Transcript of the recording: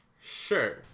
Sure